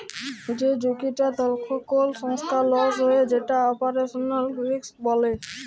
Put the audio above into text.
যে ঝুঁকিটা থেক্যে কোল সংস্থার লস হ্যয়ে যেটা অপারেশনাল রিস্ক বলে